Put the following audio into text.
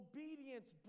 Obedience